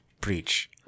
preach